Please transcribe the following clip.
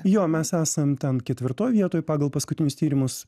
jo mes esam ten ketvirtoj vietoj pagal paskutinius tyrimus